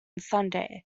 sunday